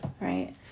right